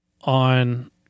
on